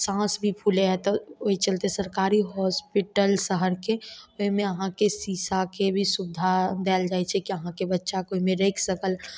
साँस भी फूलै हइ तऽ ओहि चलते सरकारी हॉस्पिटल शहरके जायमे आहाँके शीशाके भी सुवधा देल जाय छै कि आहाँके बच्चाके ओहिमे राखि सकल